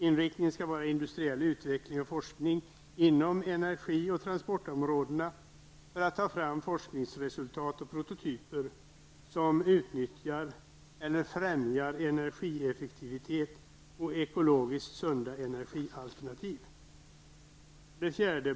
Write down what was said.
Inriktningen skall vara industriell utveckling och forskning inom energioch transportområdena med syfte att ta fram forskningsresultat och prototyper som utnyttjar eller främjar energieffektivitet och ekologiskt sunda energialternativ.